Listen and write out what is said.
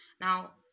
Now